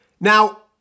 Now